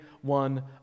one